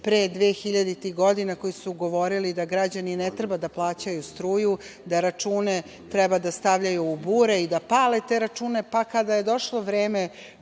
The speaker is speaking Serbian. pre 2000. godina, koji su govorili da građani ne treba da plaćaju struju, da račune treba da stavljaju u bure i da pale te račune, pa kada je došlo vreme